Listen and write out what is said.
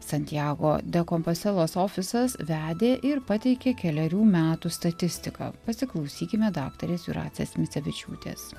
santjago de kompaselos ofisas vedė ir pateikė kelerių metų statistiką pasiklausykime daktarės jūratės micevičiūtės